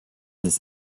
this